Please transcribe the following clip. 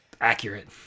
Accurate